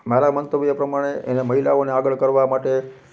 મારા મંતવ્ય પ્રમાણે એને મહિલાઓને આગળ કરવા માટે